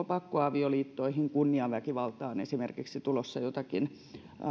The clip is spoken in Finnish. pakkoavioliittoihin ja kunniaväkivaltaan tulossa jotakin